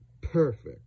Perfect